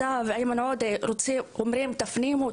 הוא ואיימן עודה כל הזמן אומרים: ״תפנימו,